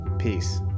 Peace